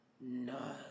No